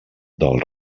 del